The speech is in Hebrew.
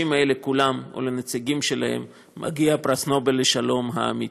האלה כולם ולנציגים שלהם מגיע פרס נובל לשלום האמיתי.